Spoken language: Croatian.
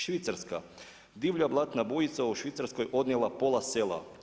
Švicarska divlja blatna bujica u Švicarskoj odnijela pola sela.